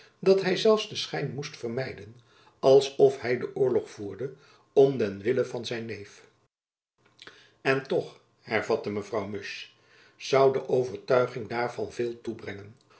dat hy zelfs den schijn moest vermijden als of hy den oorlog voerde om den wille van zijn neef en toch hervatte mevrouw musch zoû de overtuiging daarvan veel toebrengen